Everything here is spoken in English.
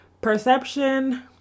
perception